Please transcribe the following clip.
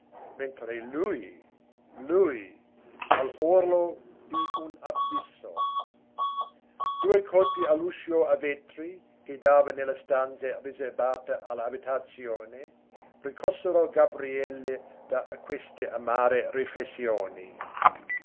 mentre lui lui all'orlo di un abisso due colpi all'uscio a vetri che dava nelle stanze riserbate all'abitazione riscossero gabriele da queste amare riflessioni